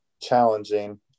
challenging